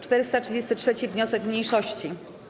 433. wniosek mniejszości.